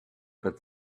but